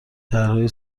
طرحهای